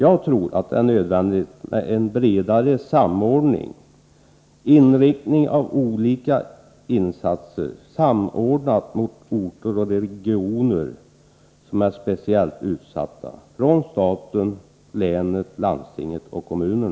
Jag tror att det är nödvändigt med en bredare samordning av olika insatser som görs från staten, länet, landstinget och kommunerna och som är inriktade på speciellt utsatta orter och regioner.